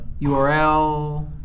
URL